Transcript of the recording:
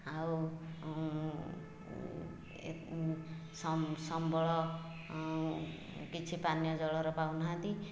ଆଉ ସମ୍ବଳ କିଛି ପାନୀୟ ଜଳର ପାଉ ନାହାଁନ୍ତି